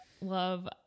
love